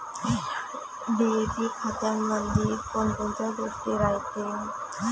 DAP खतामंदी कोनकोनच्या गोष्टी रायते?